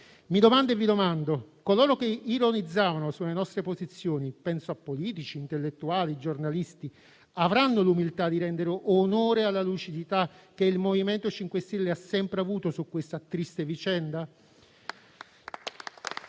Mi domando e vi domando: coloro che ironizzavano sulle nostre posizioni - penso a politici, intellettuali, giornalisti - avranno l'umiltà di rendere onore alla lucidità che il MoVimento 5 Stelle ha sempre avuto su questa triste vicenda?